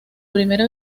primera